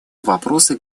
вопросы